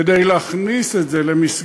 כדי להכניס את זה למסגרת